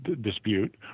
dispute